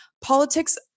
Politics